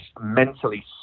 mentally